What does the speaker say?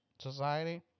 society